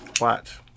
Watch